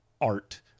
art